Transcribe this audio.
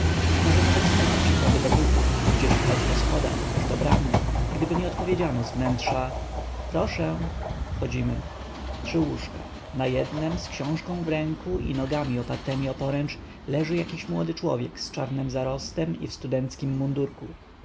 może nawet z nóg uciekłaby do butów i gdzieś het po schodach aż do bramy gdyby nie odpowiedziano z wnętrza proszę wchodzimy trzy łóżka na jednem z książką w ręku i nogami opartemi o poręcz leży jakiś młody człowiek z czarnym zarostem i w studenckim mundurku